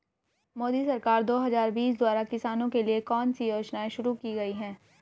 मोदी सरकार दो हज़ार बीस द्वारा किसानों के लिए कौन सी योजनाएं शुरू की गई हैं?